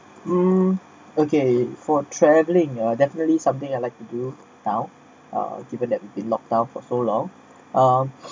um okay for travelling you are definitely something I like to do now uh given that would be locked down for so long uh